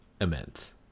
Immense